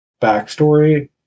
backstory